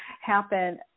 happen